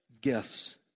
gifts